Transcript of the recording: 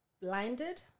blinded